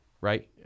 right